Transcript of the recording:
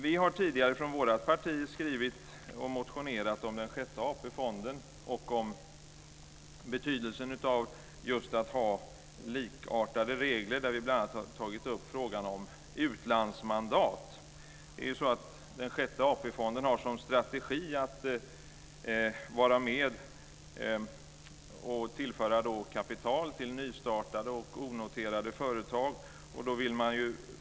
Vi har tidigare från vårt parti motionerat om den sjätte AP-fonden och om betydelsen av likartade regler. Vi har bl.a. tagit upp frågan om utlandsmandat. Den sjätte AP-fonden har som strategi att vara med och tillföra kapital till nystartade och onoterade företag.